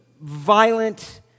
violent